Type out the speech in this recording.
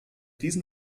diesen